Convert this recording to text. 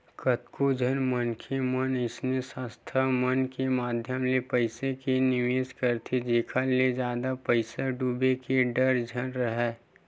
कतको झन मनखे मन अइसन संस्था मन के माधियम ले पइसा के निवेस करथे जेखर ले जादा पइसा डूबे के डर झन राहय